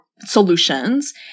solutions